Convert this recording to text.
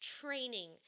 training